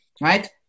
right